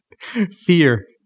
Fear